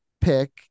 pick